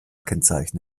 kennzeichen